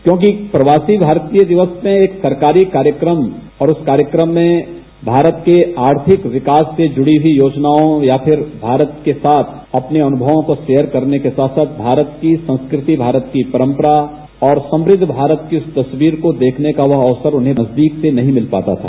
क्योंकि प्रवासी दिवस में एक सरकारी कार्यक्रम और उस कार्यक्रम में भारत के आर्थिक विकास से जुड़ी हुई योजनाओं या फिर भारत के साथ अपने अन्मवों को शेयर करने के साथ साथ भारत की संस्कृति भारत की परम्परा और समृद्ध भारत की उस तस्वीर को देखने का वह अवसर उन्हें नजदीक से नहीं मिल पाता था